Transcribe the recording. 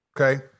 Okay